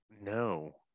No